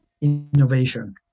innovation